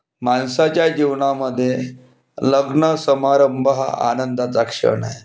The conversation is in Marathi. माणसाच्या जीवनामध्ये लग्नसमारंभ हा आनंदाचा क्षण आहे